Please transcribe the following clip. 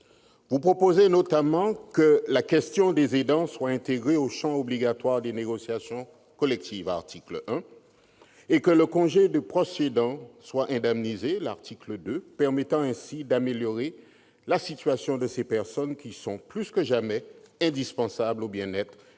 Vous proposez notamment que la question des aidants soit intégrée au champ obligatoire des négociations collectives- c'est l'article 1 du texte -et que le congé de proche aidant soit indemnisé- c'est son article 2 -, permettant ainsi d'améliorer la situation de ces personnes plus que jamais indispensables au bien-être